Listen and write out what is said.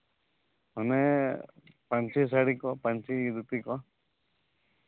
ᱚᱱᱮ ᱯᱟᱹᱧᱪᱤ ᱥᱟᱹᱲᱤ ᱠᱚ ᱯᱟᱹᱧᱪᱤ ᱫᱷᱩᱛᱤ ᱠᱚ